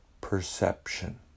perception